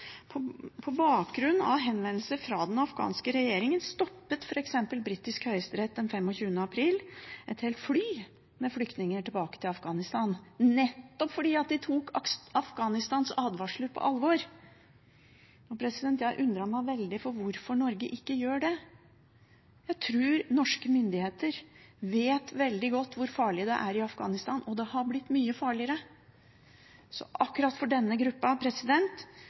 På bakgrunn av henvendelser fra den afghanske regjeringen stoppet f.eks. britisk høyesterett den 25. april et helt fly med flyktninger som var på veg tilbake til Afghanistan, nettopp fordi de tok Afghanistans advarsler på alvor. Jeg har undret meg veldig over hvorfor Norge ikke gjør det. Jeg tror norske myndigheter vet veldig godt hvor farlig det er i Afghanistan, og det har blitt mye farligere. Så for akkurat denne